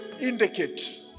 indicate